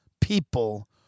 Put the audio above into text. people